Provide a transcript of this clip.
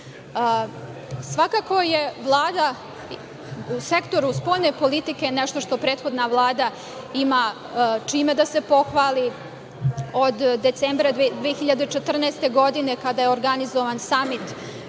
sceni. Svakako je Vlada u sektoru spoljne politike nešto što je prethodna Vlada ima čime da se pohvali. Od decembra 2014. godine, kada je organizovan samit